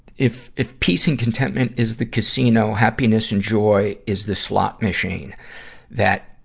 if, if peace and contentment is the casino, happiness and joy is the slot machine that,